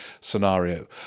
scenario